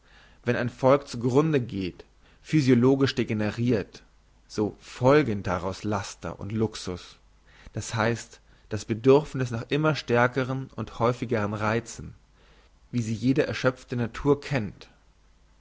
wenn ein volk zu grunde geht physiologisch degenerirt so folgen daraus laster und luxus das heisst das bedürfniss nach immer stärkeren und häufigeren reizen wie sie jede erschöpfte natur kennt